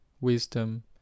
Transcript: wisdom